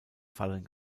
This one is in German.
fallen